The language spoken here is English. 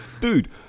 dude